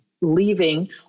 leaving